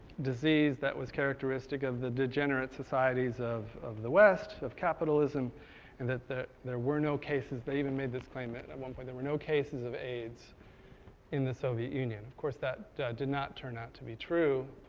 disease that was characteristic of the degenerative societies of of the west, of capitalism and that there were no cases. they even made this claim at and one point. there were no cases of aids in the soviet union. of course that did not turn out to be true.